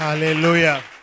Hallelujah